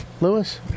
Lewis